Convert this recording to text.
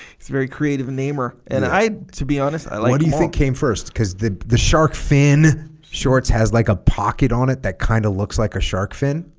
it's a very creative namer and i to be honest like what do you think came first because the the shark fin shorts has like a pocket on it that kind of looks like a shark fin